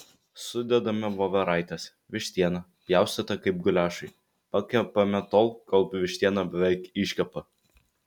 sudedame voveraites vištieną pjaustytą kaip guliašui pakepame tol kol vištiena beveik iškepa